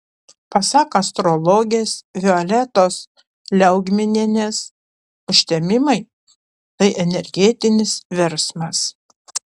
pasak astrologės violetos liaugminienės užtemimai tai energetinis virsmas